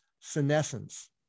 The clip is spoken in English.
senescence